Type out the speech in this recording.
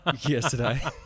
yesterday